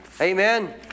Amen